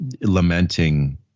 lamenting